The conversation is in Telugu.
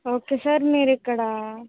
ఓకే సార్ మీరు ఇక్కడ